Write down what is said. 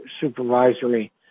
supervisory